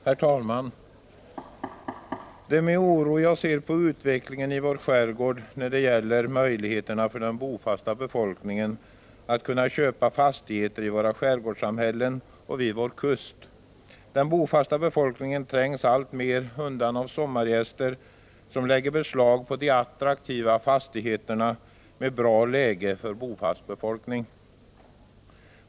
Herr talman! Det är med oro jag ser på utvecklingen i vår skärgård när det gäller möjligheterna för den bofasta befolkningen att köpa fastigheter i våra skärgårdssamhällen och vid vår kust. Den bofasta befolkningen trängs alltmer undan av sommargäster, som lägger beslag på de attraktiva fastigheterna med bra läge för bofast befolkning.